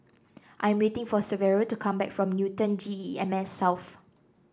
I'm waiting for Severo to come back from Newton G E M S South